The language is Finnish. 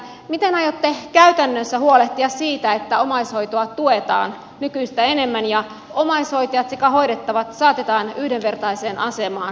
miten aiotte käytännössä huolehtia siitä että omaishoitoa tuetaan nykyistä enemmän ja omaishoitajat sekä hoidettavat saatetaan yhdenvertaiseen asemaan kautta maan